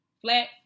Flat